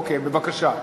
אוקיי, בבקשה.